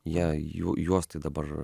jie jų juos tai dabar